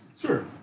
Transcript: Sure